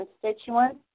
constituents